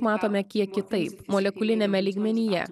matome kiek kitaip molekuliniame lygmenyje